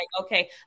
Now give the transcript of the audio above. okay